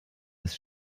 ist